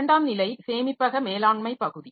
இரண்டாம் நிலை சேமிப்பக மேலாண்மை பகுதி